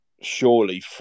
surely